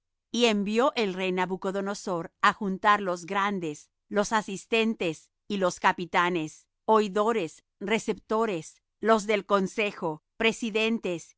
y envió el rey nabucodonosor á juntar los grandes los asistentes y capitanes oidores receptores los del consejo presidentes